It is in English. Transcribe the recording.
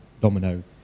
Domino